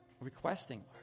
requesting